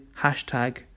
hashtag